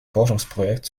forschungsprojekt